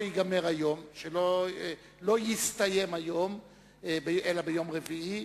שלא יסתיים היום אלא ביום רביעי,